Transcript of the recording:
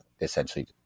essentially